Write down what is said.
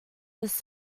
this